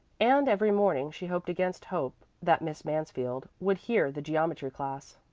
and every morning she hoped against hope that miss mansfield would hear the geometry class.